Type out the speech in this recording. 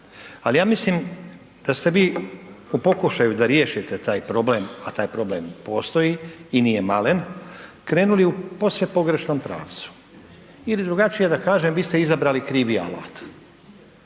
Ali ja mislim da ste vi u pokušaju da riješite taj problem, a taj problem postoji i nije malen, krenuli u posve pogrešnom pravcu ili drugačije da kažem vi ste izabrali krivi alat.